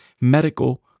medical